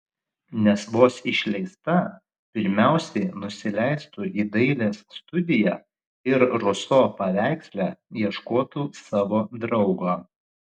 nes vos išleista pirmiausiai nusileistų į dailės studiją ir ruso paveiksle ieškotų savo draugo